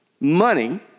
money